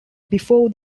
before